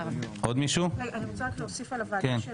אני רוצה להוסיף על הדברים של